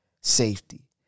safety